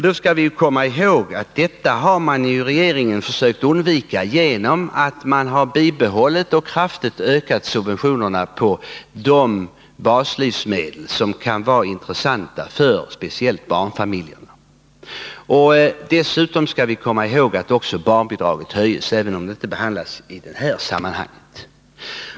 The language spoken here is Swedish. Då skall vi komma ihåg att just det har regeringen försökt undvika genom att bibehålla och kraftigt öka subventionerna på de baslivsmedel som kan vara intressanta speciellt för barnfamiljerna. Dessutom skall vi komma ihåg att också barnbidraget höjs, även om det inte behandlas i det här sammanhanget.